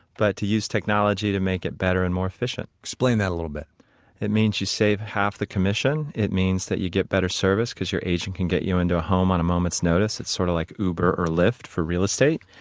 but to use technology to make it better and more efficient. explain that a little bit it means you save half the commission. it means that you get better service because your agent can get you into a home on a moment's notice. it's sort of like uber or lyft for real estate.